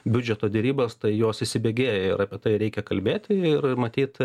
biudžeto derybas tai jos įsibėgėja ir apie tai reikia kalbėti ir matyt